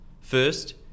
First